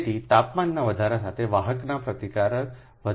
તેથી તાપમાનના વધારા સાથે વાહકનો પ્રતિકાર વધે છે